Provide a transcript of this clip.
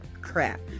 crap